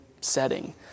setting